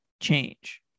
change